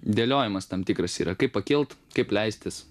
dėliojamas tam tikras yra kaip pakilt kaip leistis